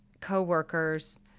coworkers